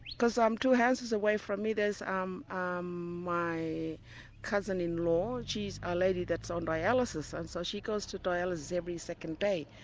because um two houses away from me there's um um my cousin-in-law, she's a lady that's on dialysis, and so she goes to dialysis every second day,